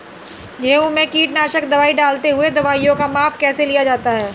गेहूँ में कीटनाशक दवाई डालते हुऐ दवाईयों का माप कैसे लिया जाता है?